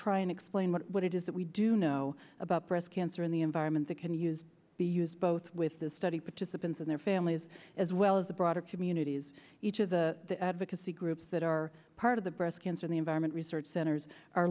try and explain what it is that we do know about breast cancer in the environment they can use be used both with the study participants and their families as well as the broader communities each of the advocacy groups that are part of the breast cancer the environment research centers are